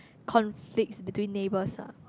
conflicts between neighbours ah